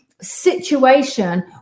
situation